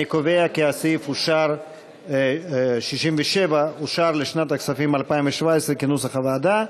אני קובע כי סעיף 67 אושר לשנת הכספים 2017 כנוסח הוועדה.